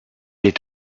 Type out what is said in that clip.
est